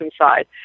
inside